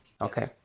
Okay